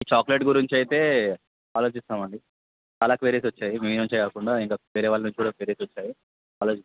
ఈ చాక్లెట్ గురించి అయితే ఆలోచిస్తాం అండి చాలా క్వేరీస్ వచ్చాయి మీ నుంచి కాకుండా ఇంకా వేరే వాళ్ళ నుంచి కూడా క్వేరీస్ వచ్చాయి అలాగే